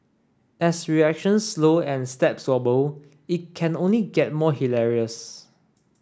as reactions slow and steps wobble it can only get more hilarious